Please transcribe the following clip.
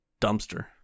dumpster